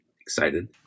excited